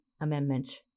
amendment